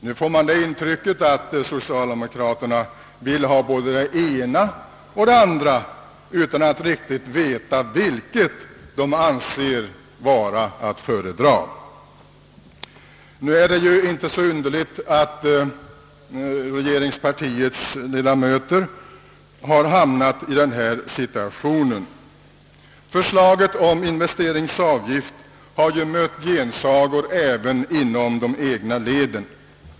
Nu får man det intrycket, att socialdemokraterna vill ha både det ena och det andra utan att riktigt veta vilket de anser vara att föredraga. Nu är det inte så underligt att regeringspartiets ledamöter har hamnat i denna situation. Förslaget om investeringsavgift har ju mött gensagor även inom de egna leden.